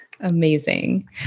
Amazing